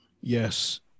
Yes